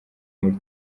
muri